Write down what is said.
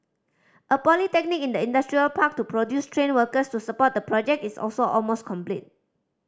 a polytechnic in the industrial park to produce trained workers to support the project is also almost completed